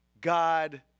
god